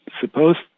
supposed